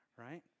right